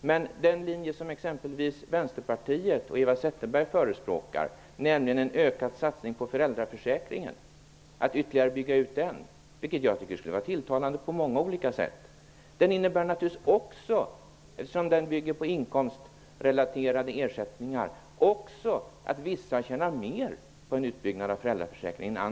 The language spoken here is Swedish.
Men den linje som exempelvis Vänsterpartiet och Eva Zetterberg förespråkar, nämligen en ökad satsning på föräldraförsäkringen, att ytterligare bygga ut den -- vilket jag tycker skulle vara tilltalande på många sätt -- innebär naturligtvis också att vissa tjänar mer på en utbyggnad av föräldraförsäkringen än vad andra gör, eftersom den bygger på inkomstrelaterade ersättningar.